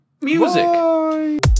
Music